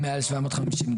אין שינוי במעל 750 דונם.